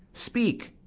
speak,